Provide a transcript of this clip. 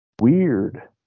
weird